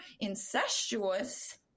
incestuous